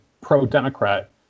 pro-democrat